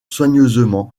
soigneusement